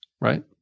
right